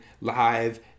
live